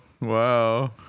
Wow